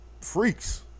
freaks